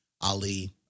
Ali